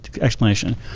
explanation